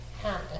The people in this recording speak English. happen